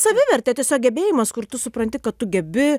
savivertė tiesiog gebėjimas kur tu supranti kad tu gebi